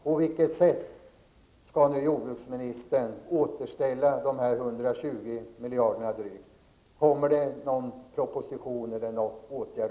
På vilket sätt skall nu jordbruksministern återställa de 120 miljonerna? Kommer det någon proposition eller någon åtgärd?